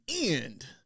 end